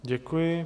Děkuji.